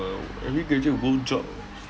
err every graduate who go job